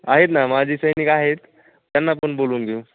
आहेत ना माजी सैनिक आहेत त्यांना पण बोलावून घेऊ